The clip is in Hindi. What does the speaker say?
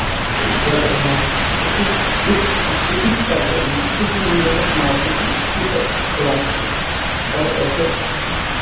व्रत रहना ये सब एक सांस्कृतिक कार्यक्रम है जिससे कि हम लोग अपने आप को संतुष्टि प्रदान करते हैं और ऐसा